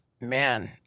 man